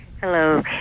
Hello